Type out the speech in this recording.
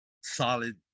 solid